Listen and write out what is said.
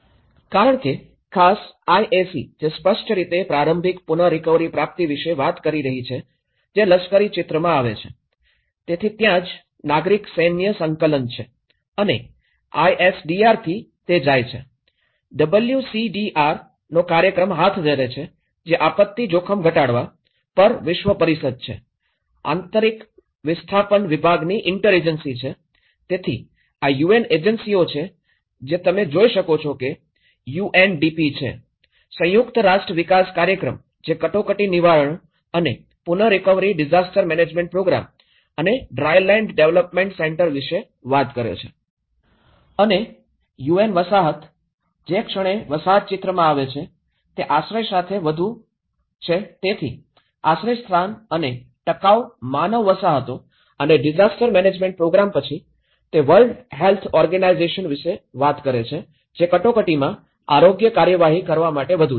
કારણ કે આ ખાસ આઈએસી જે સ્પષ્ટ રીતે પ્રારંભિક પુનરિકવરી પ્રાપ્તિ વિશે વાત કરી રહી છે જે લશ્કરી ચિત્રમાં આવે છે તેથી જ ત્યાં નાગરિક સૈન્ય સંકલન છે અને આઈએસડીઆર થી તે જાય છે ડબલ્યુસીડીઆર નો કાર્યક્રમ હાથ ધરે છે જે આપત્તિ જોખમ ઘટાડવા અને પર વિશ્વ પરિષદ છે આંતરિક વિસ્થાપન વિભાગની ઇન્ટરેજન્સી છે તેથી આ યુ એન એજન્સીઓ છે જે તમે જોઈ શકો છો કે એક યુએનડીપી છે સંયુક્ત રાષ્ટ્ર વિકાસ કાર્યક્રમ જે કટોકટી નિવારણ અને પુનરિકવરી ડિઝાસ્ટર મેનેજમેન્ટ પ્રોગ્રામ અને ડ્રાયલેન્ડ ડેવલપમેન્ટ સેન્ટર વિશે વાત કરે છે અને યુ એન વસાહત જે ક્ષણે વસાહત ચિત્રમાં આવે છે તે આશ્રય સાથે કરવાનું વધુ છે તેથી આશ્રયસ્થાન અને ટકાઉ માનવ વસાહતો અને ડિઝાસ્ટર મેનેજમેન્ટ પ્રોગ્રામ પછી તે વર્લ્ડ હેલ્થ ઓર્ગેનાઇઝેશન વિશે વાત કરે છે જે કટોકટીમાં આરોગ્ય કાર્યવાહી કરવા માટે વધુ છે